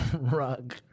Rug